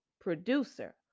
producer